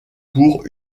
pour